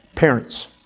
Parents